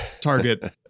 Target